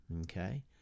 okay